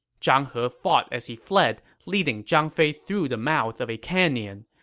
zhang he fought as he fled, leading zhang fei through the mouth of a canyon.